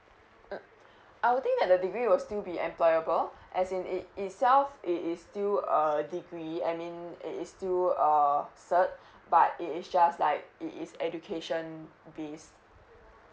mm I will think that the degree will still be employable as in it itself it is still a degree I mean it is still a cert but it is just like it is education based